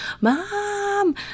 Mom